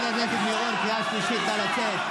נא לצאת.